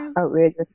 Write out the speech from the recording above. Outrageous